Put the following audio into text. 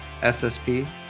SSP